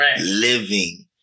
living